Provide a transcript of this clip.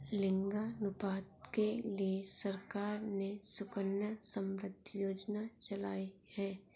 लिंगानुपात के लिए सरकार ने सुकन्या समृद्धि योजना चलाई है